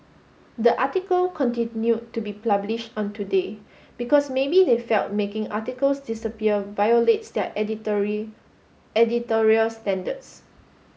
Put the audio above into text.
the article continued to be published on Today because maybe they felt making articles disappear violates their editorial standards